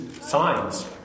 signs